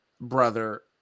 brother